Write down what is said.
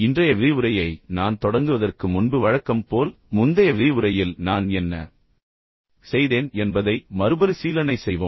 இன்றைய விரிவுரையை நான் தொடங்குவதற்கு முன்பு வழக்கம் போல் முந்தைய விரிவுரையில் நான் என்ன செய்தேன் என்பதை சுருக்கமாக மறுபரிசீலனை செய்வோம்